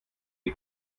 die